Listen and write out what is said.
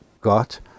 got